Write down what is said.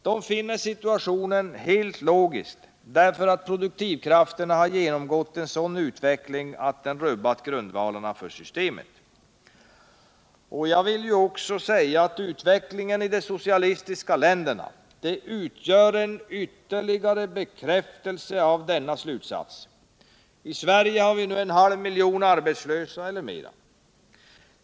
De finner situationen helt logisk, eftersom produktivkrafterna har genomgått en sådan utveckling att de har rubbat grundvalarna för systemet. Utvecklingen i de socialistiska länderna utgör ytterligare en bekräftelse av denna slutsats. I Sverige har vi en halv miljon eller fler arbetslösa.